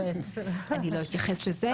אני לא אתייחס לזה.